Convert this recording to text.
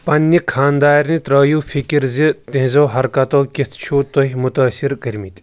پننہِ خانٛدارنہِ ترٛٲیِو فکر زِ تہنٛزیو حرکتو کِتھ چھُو تُہۍ مُتٲثر کٔرمِتۍ